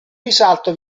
risalto